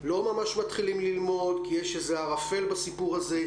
לא ממש מתחילים ללמוד כי יש איזה ערפל בסיפור הזה,